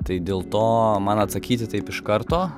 tai dėl to man atsakyti taip iš karto